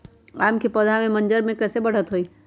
आम क पौधा म मजर म कैसे बढ़त होई?